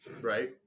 Right